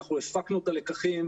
אנחנו הפקנו את הלקחים,